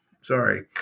Sorry